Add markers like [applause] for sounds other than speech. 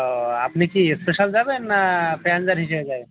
ও আপনি কি স্পেশাল যাবেন না [unintelligible] হিসেবে যাবেন